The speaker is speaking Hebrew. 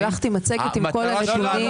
שלחתי מצגת עם כל הנתונים.